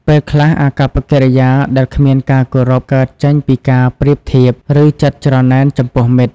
ពេលខ្លះ អាកប្បកិរិយាដែលគ្មានការគោរពកើតចេញពីការប្រៀបធៀប ឬចិត្តច្រណែនចំពោះមិត្ត។